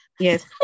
yes